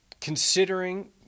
considering